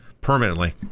permanently